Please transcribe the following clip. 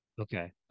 Okay